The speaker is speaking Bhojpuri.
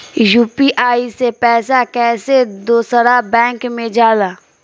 यू.पी.आई से पैसा कैसे दूसरा बैंक मे जाला?